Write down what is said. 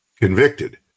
convicted